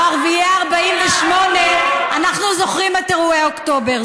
או ערביי 48' אנחנו זוכרים את אירועי אוקטובר,